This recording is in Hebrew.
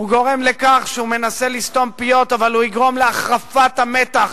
הוא מנסה לסתום פיות, אבל הוא יגרום להחרפת המתח